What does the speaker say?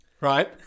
right